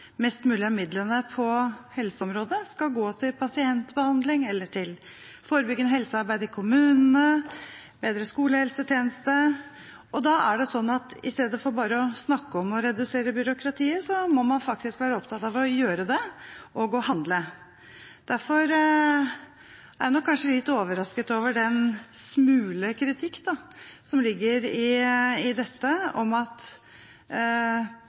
mest mulig av midlene på helseområdet skal gå til pasientbehandling, til forebyggende helsearbeid i kommunene eller bedre skolehelsetjeneste. I stedet for bare å snakke om å redusere byråkratiet, må man faktisk være opptatt av å gjøre det og å handle. Derfor er jeg kanskje litt overrasket over den smule kritikk om at